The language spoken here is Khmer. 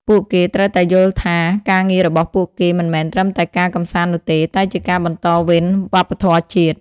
ពួកគេត្រូវតែយល់ថាការងាររបស់ពួកគេមិនមែនត្រឹមតែការកម្សាន្តនោះទេ តែជាការបន្តវេនវប្បធម៌ជាតិ។